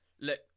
Look